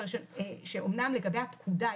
אמנם לגבי הפקודה,